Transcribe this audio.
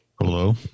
Hello